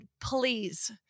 please